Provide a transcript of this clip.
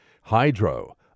Hydro